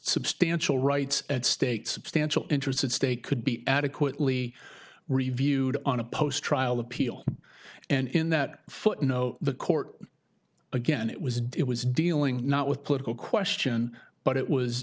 substantial rights at stake substantial interests at stake could be adequately reviewed on a post trial appeal and in that footnote the court again it was did it was dealing not with political question but it was